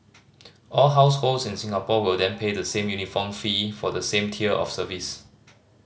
all households in Singapore will then pay the same uniform fee for the same tier of service